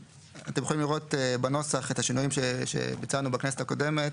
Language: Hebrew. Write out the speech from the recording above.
אתם יכולים לראות בנוסח את השינויים שביצענו בכנסת הקודמת.